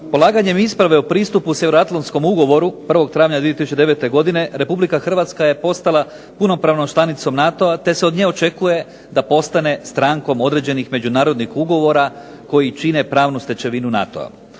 Polaganjem isprave o pristupu Sjevernoatlantskom ugovoru 1. travnja 2009. godine RH je postala punopravnom članicom NATO-a te se od nje očekuje da postane strankom određenih međunarodnih ugovora koji čine pravnu stečevinu NATO-a.